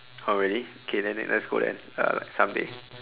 oh really okay then then let's go there and uh like someday